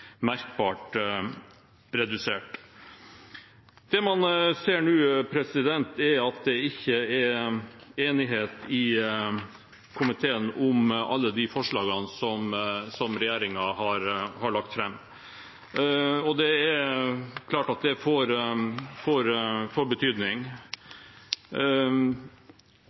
merkbart redusert. Det man ser nå, er at det ikke er enighet i komiteen om alle de forslagene som regjeringen har lagt fram. Det er klart at det får betydning.